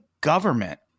government